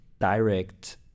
direct